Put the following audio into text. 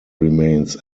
remains